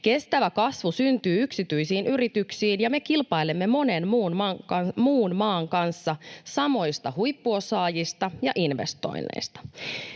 Kestävä kasvu syntyy yksityisiin yrityksiin, ja me kilpailemme monen muun maan kanssa samoista huippuosaajista ja investoinneista.